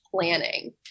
planning